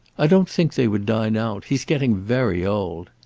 i don't think they would dine out. he's getting very old.